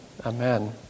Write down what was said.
Amen